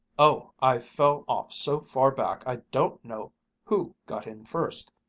oh, i fell off so far back i don't know who got in first.